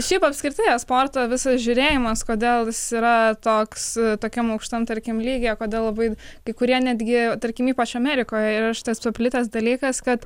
šiaip apskritai esporto visas žiūrėjimas kodėl jis yra toks tokiam aukštam tarkim lygyje kodėl labai kai kurie netgi tarkim ypač amerikoje yra šitas paplitęs dalykas kad